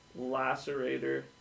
Lacerator